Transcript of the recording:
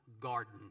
garden